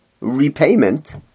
repayment